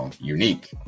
unique